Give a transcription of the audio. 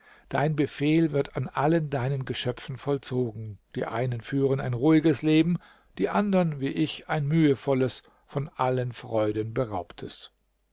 dein befehl wird an allen deinen geschöpfen vollzogen die einen führen ein ruhiges leben die andern wie ich ein mühevolles von allen freuden beraubtes